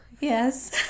Yes